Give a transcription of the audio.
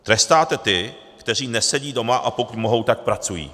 Trestáte ty, kteří nesedí doma, a pokud mohou, tak pracují.